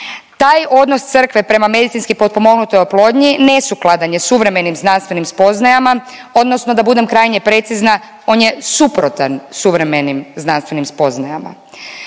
Taj odnos crkve prema medicinski potpomognutoj oplodnji nesukladan je suvremenim znanstvenim spoznajama odnosno da budem krajnje precizna, on je suprotan suvremenim znanstvenim spoznajama.